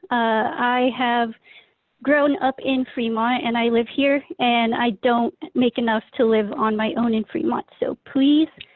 i have grown up in fremont and i live here, and i don't make enough to live on my own in fremont, so please,